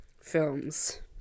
films